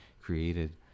created